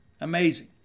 Amazing